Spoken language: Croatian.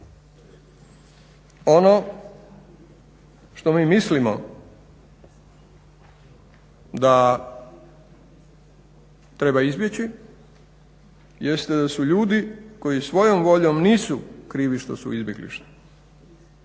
Ono što mi mislimo da treba izbjeći jeste da su ljudi koji svojom voljom nisu krivi što su u izbjeglištvu,